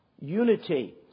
Unity